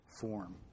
form